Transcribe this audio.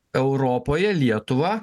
europoje lietuvą